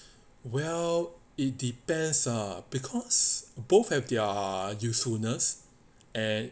well it depends err because both have their usefulness and